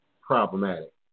problematic